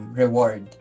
reward